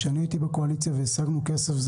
כשהייתי בקואליציה והשגנו כסף,